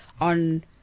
on